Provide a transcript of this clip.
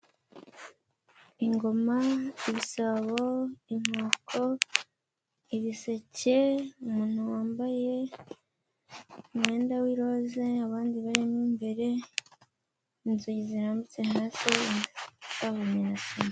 Ingoma, ibisabo, inkoko, ibiseke, umuntu wambaye umwenda w'i roze abandi barimo imbere, inzugi zirambitse na se zegeranye na sima.